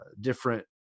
different